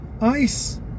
ICE